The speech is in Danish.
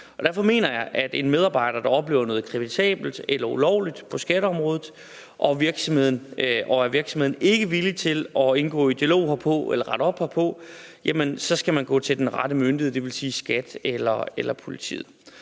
Derfor mener jeg, at en medarbejder, hvis denne oplever noget kritisabelt eller ulovligt på skatteområdet og virksomheden ikke er villig til at indgå i en dialog herom eller rette op herpå, så skal gå til den rette myndighed, det vil sige SKAT eller politiet,